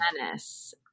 Venice